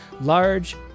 large